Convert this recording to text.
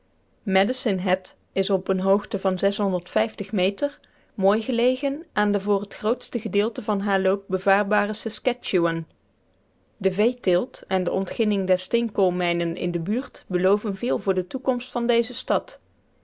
medicine hat is op een hoogte van meter mooi gelegen aan de voor t grootste gedeelte van haren loop bevaarbare saskatchewan de veeteelt en de ontginning der steenkoolmijnen in de buurt beloven veel voor de toekomst dezer stad